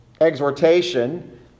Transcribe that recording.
exhortation